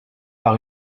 par